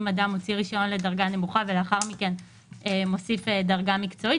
אם אדם מוציא רישיון לדרגה נמוכה ולאחר מכן מוסיף דרגה מקצועית